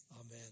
Amen